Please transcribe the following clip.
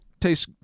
tastes